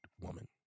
woman